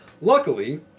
Luckily